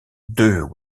deux